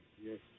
Yes